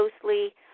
closely